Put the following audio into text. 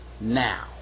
now